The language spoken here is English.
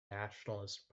nationalist